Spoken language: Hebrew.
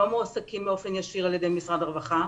מועסקים באופן ישיר על ידי משרד הרווחה.